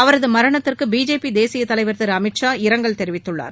அவரது மரணத்திற்கு பிஜேபி தேசியத் தலைவர் திரு அமித் ஷா இரங்கல் தெரிவித்துள்ளார்